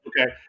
okay